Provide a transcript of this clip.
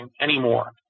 anymore